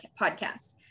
podcast